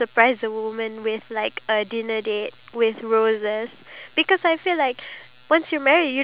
ya we have that's why that's the reason why during weekends or during holidays we try to plan out what